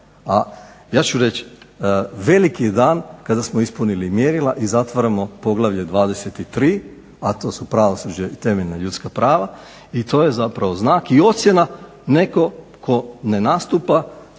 ja ću reći, veliki je dan kada smo ispunili mjerila i zatvaramo poglavlje 23., a to su pravosuđe i temeljna ljudska prava i to je zapravo znak i ocjena netko tko ne nastupa